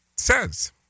says